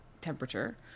temperature